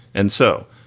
and so,